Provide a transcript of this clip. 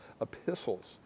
epistles